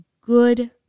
good